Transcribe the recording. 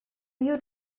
you